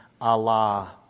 Allah